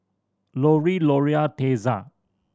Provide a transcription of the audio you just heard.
Loree Loria Tessa